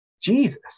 jesus